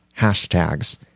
hashtags